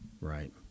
Right